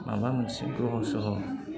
माबा मोनसे ग्रह' सह'